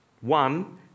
One